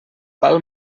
val